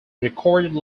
recorded